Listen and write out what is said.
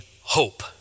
hope